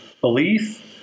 belief